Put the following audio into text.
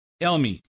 Elmi